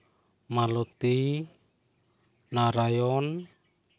Malati Narayan